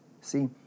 See